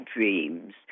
dreams